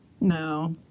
No